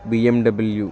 BMW